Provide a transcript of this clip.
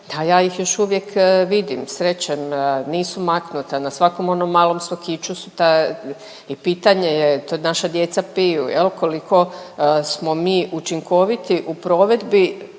a ja ih još uvijek vidim, srećem, nisu maknuta. Na svakom onom malom sokiću su, pa pitanje je to naša djeca piju koliko smo mi učinkoviti u provedbi